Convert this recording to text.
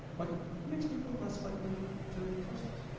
like it makes people less likely to trust us.